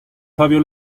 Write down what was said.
fabio